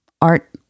art